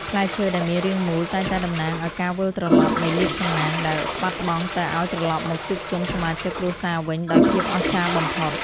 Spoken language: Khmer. ផ្លែឈើដែលមានរាងមូលតែងតែតំណាងឱ្យការវិលត្រឡប់នៃលាភសំណាងដែលបាត់បង់ទៅឱ្យត្រឡប់មកជួបជុំសមាជិកគ្រួសារវិញដោយភាពអស្ចារ្យបំផុត។